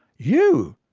you?